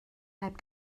heb